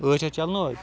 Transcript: ٲٹھ شیٚتھ چَلنَو حٕظ